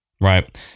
right